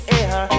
air